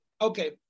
Okay